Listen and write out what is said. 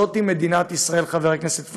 זאת מדינת ישראל, חבר הכנסת פריג',